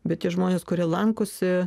bet tie žmonės kurie lankosi